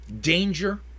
danger